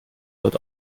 wird